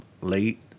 late